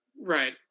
Right